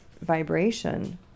vibration